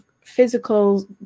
physical